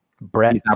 Brett